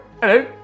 Hello